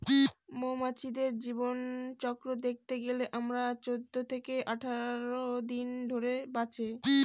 মৌমাছির জীবনচক্র দেখতে গেলে তারা চৌদ্দ থেকে আঠাশ দিন ধরে বাঁচে